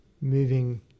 moving